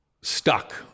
stuck